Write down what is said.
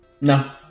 no